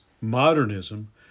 modernism